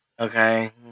Okay